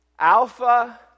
Alpha